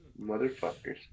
Motherfuckers